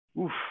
Oof